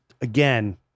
again